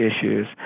issues